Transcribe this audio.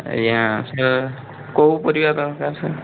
ଆଜ୍ଞା ସାର୍ କେଉଁ ପରିବା ଦରକାର ସାର୍